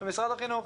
במשרד החינוך.